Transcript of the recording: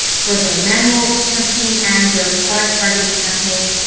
for their manual campaign, and their product targeting campaign,